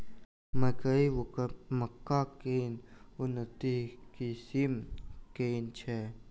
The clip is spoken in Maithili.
मकई वा मक्का केँ उन्नत किसिम केँ छैय?